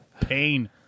pain